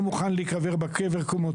שלאנשים אין אפשרות להיקבר --- תודה,